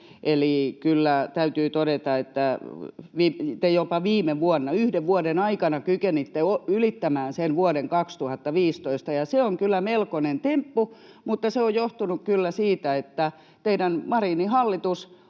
Eli kyllä täytyy todeta, että te jopa viime vuonna, yhden vuoden aikana, kykenitte ylittämään sen vuoden 2015 ja se on kyllä melkoinen temppu, mutta se on johtunut kyllä siitä, että teidän Marinin hallitus